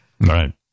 Right